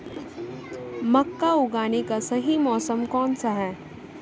मक्का उगाने का सही मौसम कौनसा है?